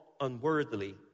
unworthily